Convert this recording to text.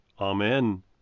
Amen